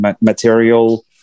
material